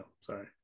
sorry